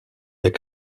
est